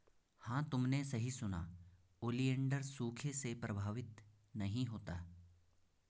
हां तुमने सही सुना, ओलिएंडर सूखे से प्रभावित नहीं होता